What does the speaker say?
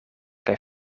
kaj